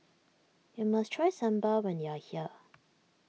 you must try Sambar when you are here